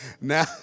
Now